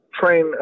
train